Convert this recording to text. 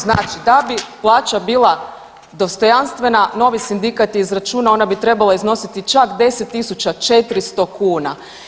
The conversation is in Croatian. Znači da bi plaća bila dostojanstvena Novi sindikat je izračunao ona bi trebala iznositi čak 10.400 kuna.